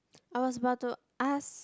I was about to ask